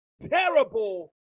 terrible